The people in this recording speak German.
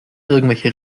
irgendwelche